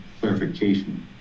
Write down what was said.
clarification